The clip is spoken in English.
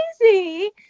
crazy